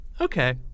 Okay